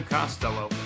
Costello